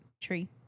tree